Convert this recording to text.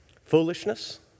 Foolishness